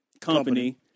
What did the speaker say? Company